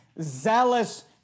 zealous